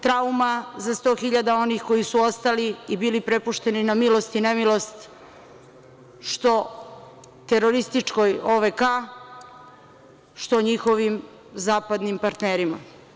Trauma za 100 hiljada onih koji su ostali i bili prepušteni na milosti i nemilost što terorističkoj OVK-a, što njihovim zapadnim partnerima.